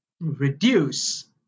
reduce